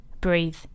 Breathe